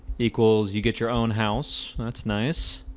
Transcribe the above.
equals you get your own house. that's nice